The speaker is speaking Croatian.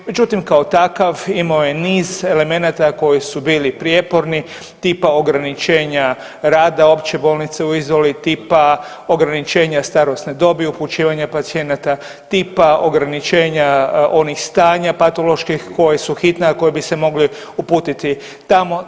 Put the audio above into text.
Međutim, kao takav imao je niz elemenata koji su bili prijeporni tipa ograničenja rada Opće bolnice u Izoli, tipa ograničenja starosne dobi, upućivanja pacijenata, tipa ograničenja onih stanja patoloških koji su hitna, a koji bi se mogli uputiti tamo.